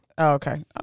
Okay